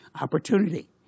opportunity